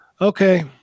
okay